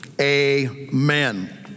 Amen